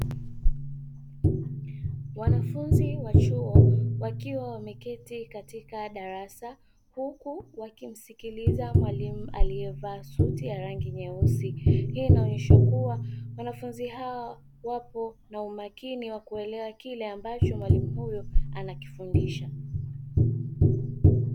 Wanafunzi wa chuo wakiwa wameketi katika darasa huku wakimsikiliza mwalimu aliyevaa suti ya rangi nyeusi hii inaonyesha kuwa wanafunzi hawa wapo na umakini wa kuelewa kile ambacho mwalimu huyu anakifundisha.